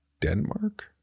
denmark